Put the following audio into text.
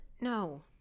no